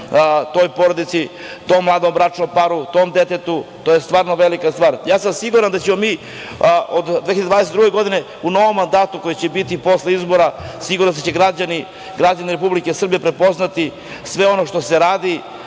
toj porodici, tom mladom bračnom paru, tom detetu, to je stvarno velika stvar. Ja sam siguran da ćemo mi od 2022. godine, u novom mandatu koji će biti posle izbora, siguran sam da će građani Republike Srbije prepoznati sve ono što se radi,